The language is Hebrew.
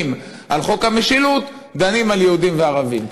על חוק המשילות דנים על יהודים וערבים.